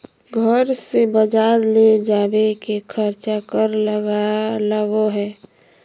घर से बजार ले जावे के खर्चा कर लगो है?